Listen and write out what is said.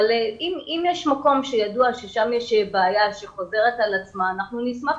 אם ידוע שבמקום מסוים יש בעיה שחוזרת על עצמה נשמח